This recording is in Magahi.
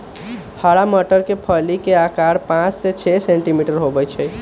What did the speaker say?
हरा मटर के फली के आकार पाँच से छे सेंटीमीटर होबा हई